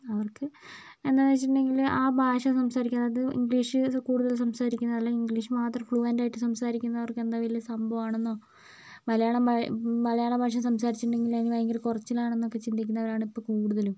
അവർക്ക് എന്താണെന്ന് വച്ചിട്ടുണ്ടെങ്കിൽ ആ ഭാഷ സംസാരിക്കുന്നത് ഇംഗ്ലീഷ് കൂടുതൽ സംസാരിക്കുന്നത് അല്ലെങ്കിൽ ഇംഗ്ലീഷ് മാത്രം ഫ്ലുവൻ്റായിട്ട് സംസാരിക്കുന്നവർക്ക് എന്തോ വലിയ സംഭവമാണെന്നോ മലയാളം മലയാള ഭാഷ സംസാരിച്ചിട്ടുണ്ടെങ്കിൽ അതിന് ഭയങ്കര കുറച്ചിലാണെന്നൊക്കെ ചിന്തിക്കുന്നവരാണ് ഇപ്പോൾ കൂടുതലും